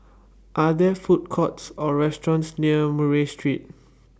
Are There Food Courts Or restaurants near Murray Street